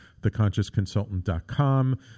theconsciousconsultant.com